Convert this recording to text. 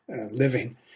living